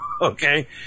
Okay